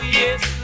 yes